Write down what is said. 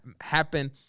happen